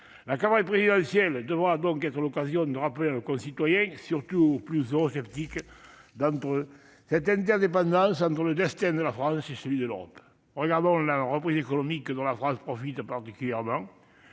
La campagne présidentielle devra donc être l'occasion de rappeler à nos concitoyens, et surtout aux plus eurosceptiques d'entre eux, cette interdépendance entre le destin de la France et celui de l'Europe. Regardons la reprise économique, dont la France profite particulièrement